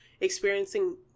experiencing